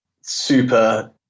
super